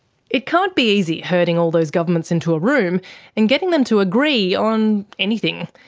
it can't be easy herding all those governments into a room and getting them to agree on anything.